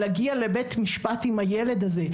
להגיע לבית משפט עם הילד הזה.